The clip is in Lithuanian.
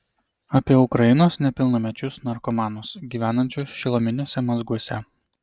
apie ukrainos nepilnamečius narkomanus gyvenančius šiluminiuose mazguose